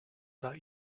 that